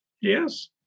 Yes